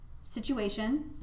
situation